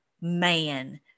man